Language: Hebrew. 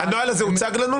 הנוהל הזה הוצג לנו?